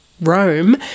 Rome